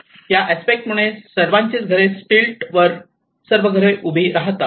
या अस्पेक्ट मुळे सर्वांची घरे स्टिल्ट्स वर सर्व घरे उभी राहतात